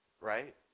right